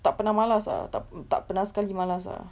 tak pernah malas ah tak tak pernah sekali malas ah